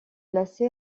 placé